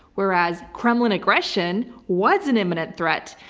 whereas kremlin aggression was an imminent threat.